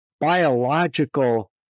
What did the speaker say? biological